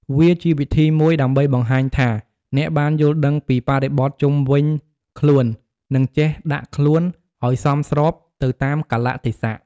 វាជាវិធីមួយដើម្បីបង្ហាញថា អ្នកបានយល់ដឹងពីបរិបថជុំវិញខ្លួន និងចេះដាក់ខ្លួនឱ្យសមស្របទៅតាមកាលៈទេសៈ។